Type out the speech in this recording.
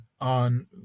on